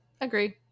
Agreed